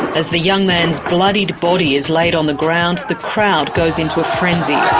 as the young man's bloodied body is laid on the ground, the crowd goes into a frenzy.